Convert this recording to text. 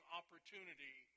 opportunity